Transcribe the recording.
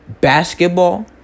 basketball